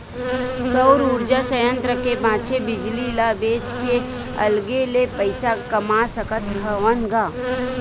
सउर उरजा संयत्र के बाचे बिजली ल बेच के अलगे ले पइसा कमा सकत हवन ग